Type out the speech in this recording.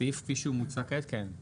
הסעיף כפי שהוא מוצע כעת, כן.